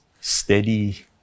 steady